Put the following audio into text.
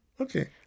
Okay